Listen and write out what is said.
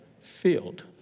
field